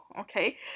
okay